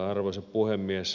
arvoisa puhemies